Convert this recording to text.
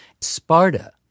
Sparta